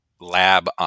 lab